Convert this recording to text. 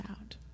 out